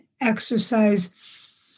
exercise